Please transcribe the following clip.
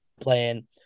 playing